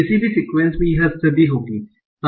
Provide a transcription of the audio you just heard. किसी भी सीक्वेंस में यह स्थिति होगी संभावना सही है